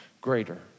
greater